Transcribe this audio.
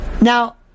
Now